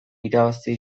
irabazi